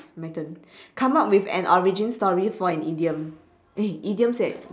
my turn come up with an origin story for an idiom eh idioms eh